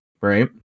right